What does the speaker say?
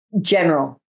general